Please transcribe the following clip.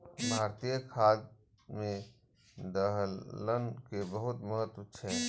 भारतीय खाद्य मे दलहन के बहुत महत्व छै